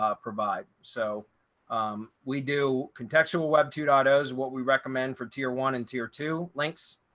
ah provide. so um we do contextual web two dotto is what we recommend for tier one and tier two links.